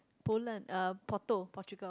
Poland uh Portu~ Portugal